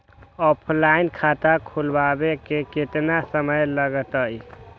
Offline खाता खुलबाबे में केतना समय लगतई?